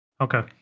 Okay